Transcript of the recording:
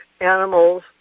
animals